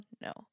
No